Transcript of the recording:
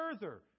further